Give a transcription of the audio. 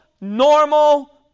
normal